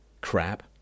crap